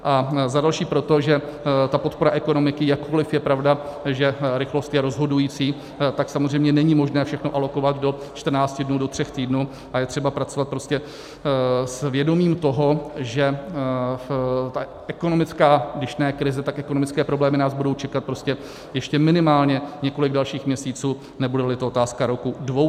A za další proto, že podpora ekonomiky, jakkoliv je pravda, že rychlost je rozhodující, tak samozřejmě není možné všechno alokovat do 14 dnů, do tří týdnů a je třeba pracovat s vědomím toho, že ekonomická když ne krize, tak ekonomické problémy nás budou čekat ještě minimálně několik dalších měsíců, nebudeli to otázka roku dvou.